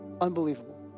Unbelievable